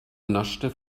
naschte